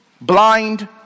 Blind